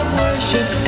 worship